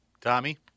Tommy